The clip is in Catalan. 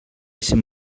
esser